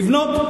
לבנות,